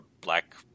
black